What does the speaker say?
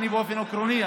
באופן עקרוני,